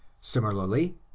similarly